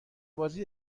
بازی